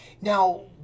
Now